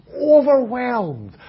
overwhelmed